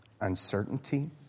uncertainty